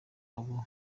abo